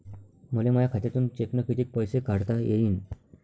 मले माया खात्यातून चेकनं कितीक पैसे काढता येईन?